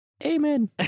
amen